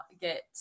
get